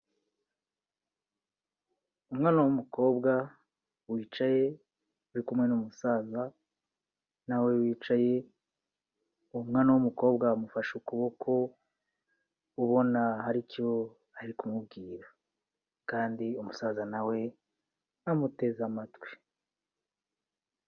Umwana w'umukobwa wicaye uri kumwe n'umusaza na we wicaye, uwo mwana w'umukobwa amufashe ukuboko, ubona hari icyo ari kumubwira kandi uwo musaza na we amuteze amatwi.